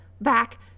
back